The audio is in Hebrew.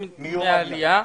מיום העלייה.